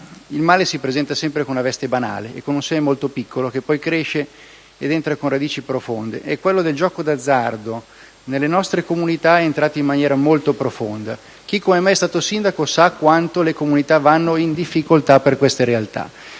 il male si presenta sempre con una veste banale, come un seme molto piccolo, che poi cresce e penetra con radici profonde. È il caso del gioco d'azzardo, che nelle nostre comunità è entrato in maniera molto profonda. Chi, come me, è stato sindaco sa quanto le comunità siano in difficoltà per queste realtà.